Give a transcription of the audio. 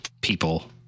people